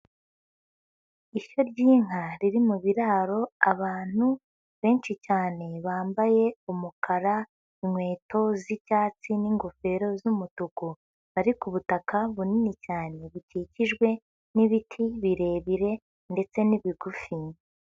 Ishyo ry'inka riri mu biraro, abantu benshi cyane bambaye umukara, inkweto z'icyatsi n'ingofero z'umutuku, bari ku butaka bunini cyane, bukikijwe n'ibiti birebire ndetse n'ibigufi.